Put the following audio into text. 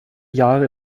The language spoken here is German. jahre